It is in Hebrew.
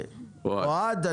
אוהד.